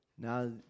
Now